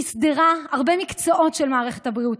והיא אסדרה הרבה מקצועות של מערכת הבריאות,